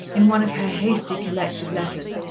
in one of her hasty, collective letters,